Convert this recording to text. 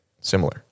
similar